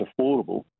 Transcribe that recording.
affordable